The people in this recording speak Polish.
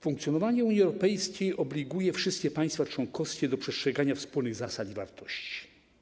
Funkcjonowanie Unii Europejskiej obliguje wszystkie państwa członkowskie do przestrzegania wspólnych zasad i wartości.